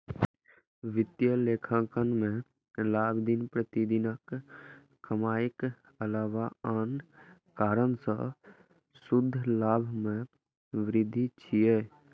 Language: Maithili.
वित्तीय लेखांकन मे लाभ दिन प्रतिदिनक कमाइक अलावा आन कारण सं शुद्ध लाभ मे वृद्धि छियै